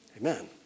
Amen